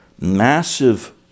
massive